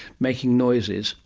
making noises.